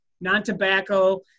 non-tobacco